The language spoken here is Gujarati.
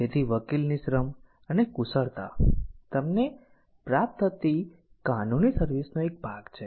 તેથી વકીલની શ્રમ અને કુશળતા તમને પ્રાપ્ત થતી કાનૂની સર્વિસ નો એક ભાગ છે